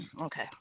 Okay